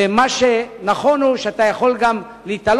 ומה שנכון הוא שאתה יכול גם להיתלות